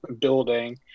building